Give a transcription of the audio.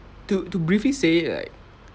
to to briefly say that